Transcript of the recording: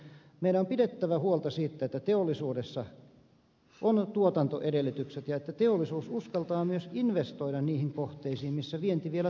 elikkä meidän on pidettävä huolta teollisuuden tuotantoedellytyksistä ja siitä että teollisuus uskaltaa myös investoida niihin kohteisiin missä vienti vielä toimii